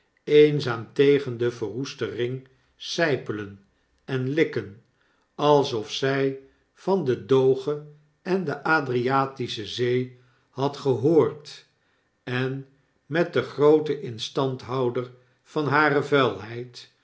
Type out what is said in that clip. eenzaam tegen den verroesten ring sijpelen en likken alsof zy van den doge en de adriatische zee had gehoord en met den grooten instandhouder van hare vuilheid